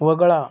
वगळा